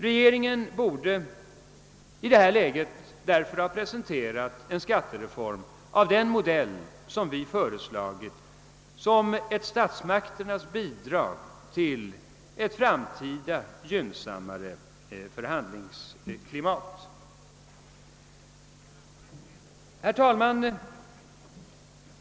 Regeringen borde i det här läget ha presenterat en skattereform av den modell vi föreslagit som statsmakternas bidrag till ett gynnsammare förhandlingsklimat. Herr talman!